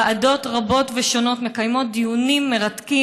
ועדות רבות ושונות מקיימות דיונים מרתקים,